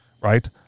right